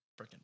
freaking